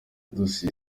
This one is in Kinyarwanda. dossier